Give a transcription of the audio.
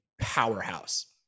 powerhouse